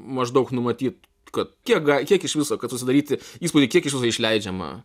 maždaug numatyt kad kiek kiek iš viso kad susidaryti įspūdį kiek iš viso yra išleidžiama